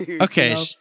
Okay